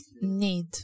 need